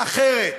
אחרת,